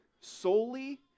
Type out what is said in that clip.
solely